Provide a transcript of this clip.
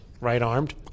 Right-armed